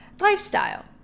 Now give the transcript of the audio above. lifestyle